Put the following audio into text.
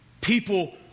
People